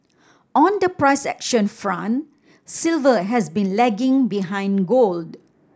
on the price action front silver has been lagging behind gold